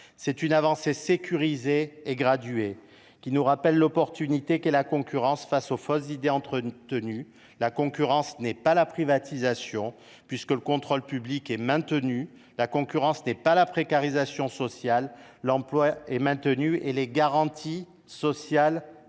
C’est une avancée sécurisée et graduée, qui nous rappelle la chance qu’offre la concurrence face aux fausses idées entretenues. La concurrence n’est pas la privatisation, puisque le contrôle public est maintenu. Elle n’est pas non plus la précarisation sociale, l’emploi étant maintenu et les garanties sociales – et non,